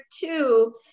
two